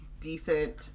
decent